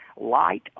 light